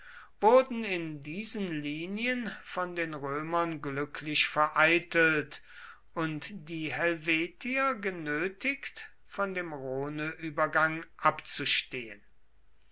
wurden in diesen linien von den römern glücklich vereitelt und die helvetier genötigt von dem rhoneübergang abzustehen